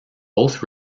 both